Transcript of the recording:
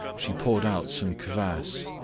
she poured out some kvas.